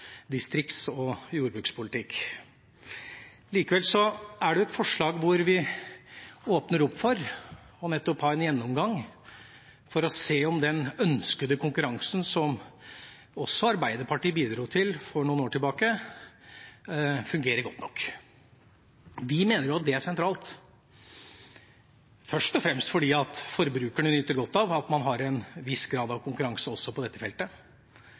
distrikts- og jordbrukspolitikk. Likevel er det et forslag hvor vi åpner opp for og nettopp har en gjennomgang for å se om den ønskede konkurransen, som også Arbeiderpartiet bidro til for noen år tilbake, fungerer godt nok. Vi mener det er sentralt først og fremst fordi forbrukerne nyter godt av at man har en viss grad av konkurranse også på dette feltet,